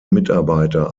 mitarbeiter